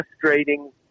frustrating